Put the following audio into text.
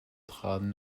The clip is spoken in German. traten